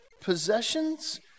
possessions